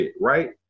right